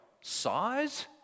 size